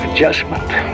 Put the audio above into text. adjustment